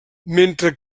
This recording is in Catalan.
mentre